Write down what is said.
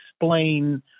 explain